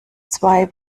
zwei